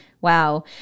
Wow